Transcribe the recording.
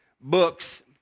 books